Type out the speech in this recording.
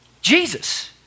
Jesus